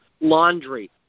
laundry